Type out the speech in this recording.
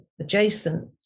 adjacent